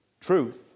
truth